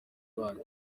rwanyu